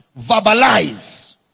verbalize